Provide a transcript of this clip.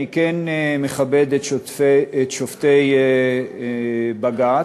אני כן מכבד את שופטי בג"ץ,